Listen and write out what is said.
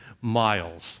miles